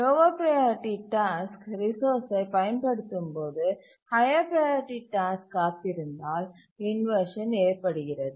lower priority task ரிசோர்ஸ்சை பயன்படுத்தும்போது higher priority task காத்திருந்தால் இன்வர்ஷன் ஏற்படுகிறது